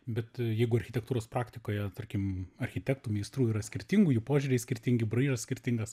bet jeigu architektūros praktikoje tarkim architektų meistrų yra skirtingų jų požiūriai skirtingi braižas skirtingas